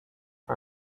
her